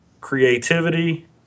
creativity